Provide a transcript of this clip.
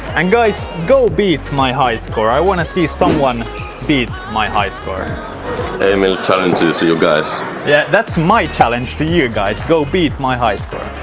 and guys go beat my high score! i want to see someone beat my high score emil challenges you guys yeah, that's my challenge to you guys go beat my high score!